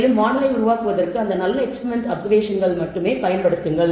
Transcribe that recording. மேலும் மாடலை உருவாக்குவதற்கு அந்த நல்ல எக்ஸ்பிரிமெண்ட் அப்சர்வேஷன்களை மட்டுமே பயன்படுத்துங்கள்